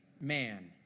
man